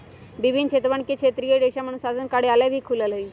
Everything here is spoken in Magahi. विभिन्न क्षेत्रवन में क्षेत्रीय रेशम अनुसंधान कार्यालय भी खुल्ल हई